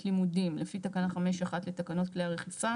לימודים לפי תקנה 5(1) לתקנות כלי רחיפה,